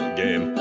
game